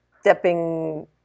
stepping